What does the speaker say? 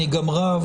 אני גם רב,